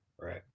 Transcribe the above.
Right